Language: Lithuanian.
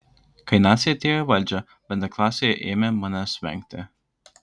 kai naciai atėjo į valdžią bendraklasiai ėmė manęs vengti